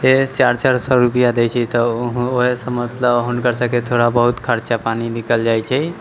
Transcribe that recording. चारि चारि सए रुपिआ दै छै तऽ ओहे से मतलब हुनकर सभकेँ थोड़ा बहुत खर्चा पानि निकल जाइत छै